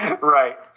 Right